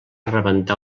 rebentar